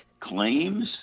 claims